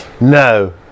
No